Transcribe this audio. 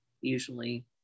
usually